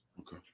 Okay